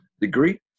degree